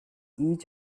each